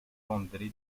andré